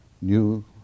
new